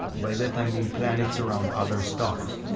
by that i mean planets around other stars and